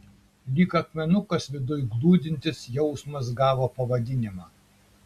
lyg akmenukas viduj glūdintis jausmas gavo pavadinimą